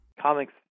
comics